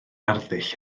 arddull